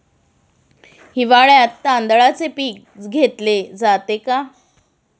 हिवाळ्यात तांदळाचे पीक घेतले जाते का?